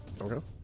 Okay